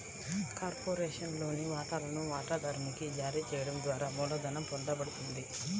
కార్పొరేషన్లోని వాటాలను వాటాదారునికి జారీ చేయడం ద్వారా మూలధనం పొందబడుతుంది